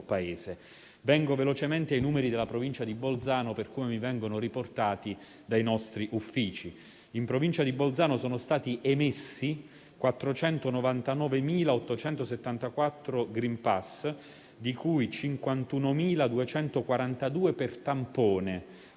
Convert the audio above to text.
Paese. Vengo velocemente ai numeri della Provincia di Bolzano, per come mi vengono riportati dai nostri uffici. Nella Provincia di Bolzano sono stati emessi 499.874 *green pass*, di cui 51.242 per tampone,